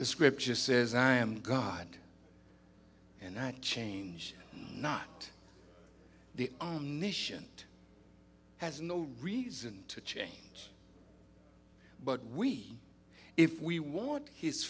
the scripture says i am god and i change not the nation it has no reason to change but we if we want his